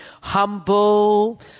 Humble